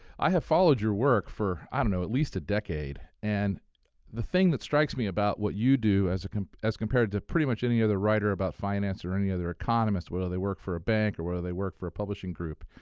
i have followed your work for, i don't know, at least a decade, and the thing that strikes me about what you do as as compared to pretty much any other writer about finance or any other economist, whether they work for a bank or whether they work for a publishing group,